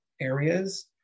areas